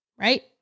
Right